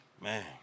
man